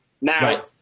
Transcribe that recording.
now